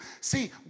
See